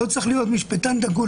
לא צריך להיות משפטן דגול,